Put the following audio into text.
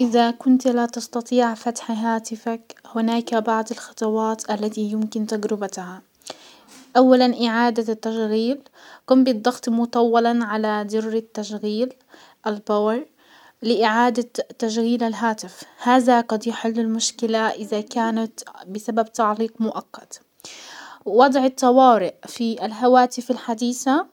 اذا كنت لا تستطيع فتح هاتفك هناك بعض الخطوات التي يمكن تجربتها. اولا اعادة التشغيل، قم بالضغط مطولا على زر التشغيل الباور لاعادة تشغيل الهاتف، هذا قد يحل المشكلة ازا كانت بسبب تعليق مؤقت. وضع الطوارئ في الهواتف الحديسة،